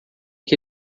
que